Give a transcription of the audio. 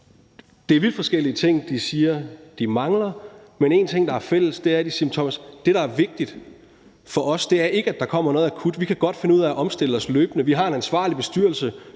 Det er vidt forskellige ting, de siger de mangler, men en ting, der er fælles, er, som de siger: Thomas, det, der er vigtigt for os, er ikke, at der kommer noget akut; vi kan godt finde ud af at omstille os løbende, og vi har en ansvarlig bestyrelse